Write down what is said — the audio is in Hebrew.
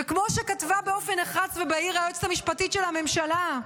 וכמו שכתבה באופן נחרץ ובהיר היועצת המשפטית של הממשלה,